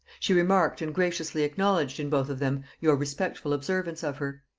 she remarked and graciously acknowledged in both of them your respectful observance of her.